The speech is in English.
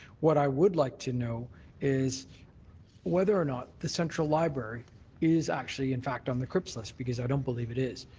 what i would like to know is whether or not the central library is actually, in fact, on the crps list, because i don't believe it is.